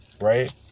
Right